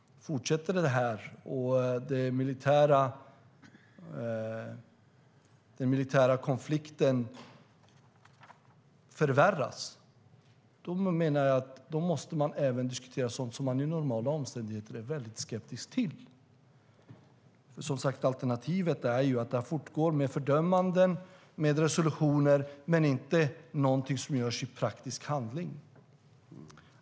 Fortsätter detta och den militära konflikten förvärras menar jag att man även måste diskutera sådant som man under normala omständigheter är väldigt skeptisk till. Alternativet är att detta fortgår med fördömanden och resolutioner men inte någonting som görs i praktisk handling.